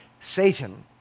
Satan